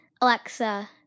Alexa